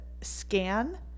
scan